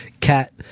cat